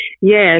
Yes